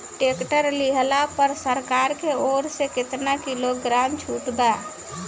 Tractor लिहला पर सरकार की ओर से केतना किलोग्राम छूट बा?